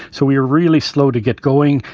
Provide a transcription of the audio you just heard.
so we were really slow to get going.